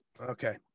Okay